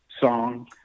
song